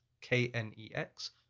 K-N-E-X